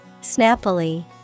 Snappily